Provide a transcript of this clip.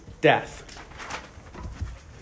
death